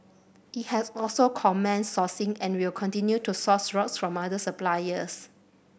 it has also commenced sourcing and will continue to source rocks from other suppliers